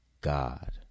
God